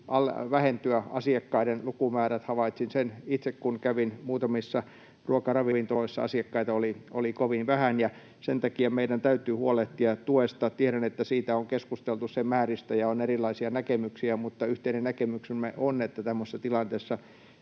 vähentyä. Havaitsin sen itse, kun kävin muutamissa ruokaravintoloissa. Asiakkaita oli kovin vähän, ja sen takia meidän täytyy huolehtia tuesta. Tiedän, että siitä on keskusteltu, sen määrästä, ja on erilaisia näkemyksiä, mutta yhteinen näkemyksemme on, että tämmöisessä tilanteessa